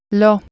lo